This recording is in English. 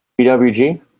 PWG